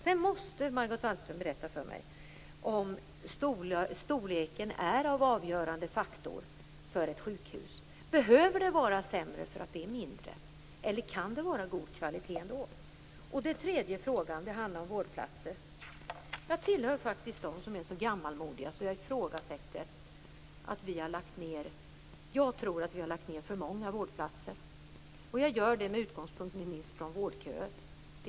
Sedan måste Margot Wallström berätta för mig om storleken är en avgörande faktor för ett sjukhus. Behöver det vara sämre därför att det är mindre, eller kan det vara god kvalitet ändå? Min sista fråga handlar om vårdplatser. Jag tillhör dem som är så gammalmodiga att jag tror att vi har lagt ned för många vårdplatser. Jag gör det med utgångspunkt inte minst i vårdköerna.